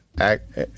act